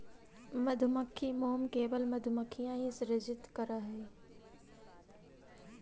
मधुमक्खी मोम केवल मधुमक्खियां ही सृजित करअ हई